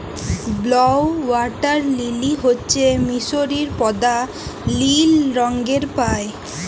blue water lily হচ্যে মিসরীয় পদ্দা লিল রঙের পায়